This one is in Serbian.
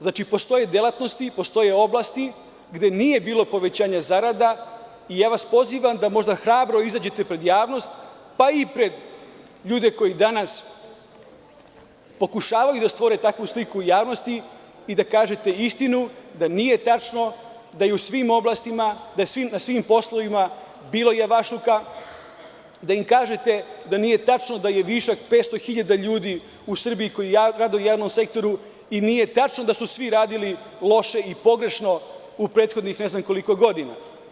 Znači, postoje delatnosti, postoje oblasti gde nije bilo povećanja zarada i ja vas pozivam vas da možda hrabro izađete pred javnost, pa i pred ljude koji danas pokušavaju da stvore takvu sliku u javnosti i da kažete istinu, da nije tačno da je u svim oblastima, da je na svim poslovima bilo javašluka, da im kažete da nije tačno da je višak 500.000 ljudi u Srbiji koji rade u javnom sektoru i nije tačno da su svi radili loše i pogrešno u prethodnih ne znam koliko godina.